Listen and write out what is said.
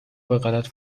بهغلط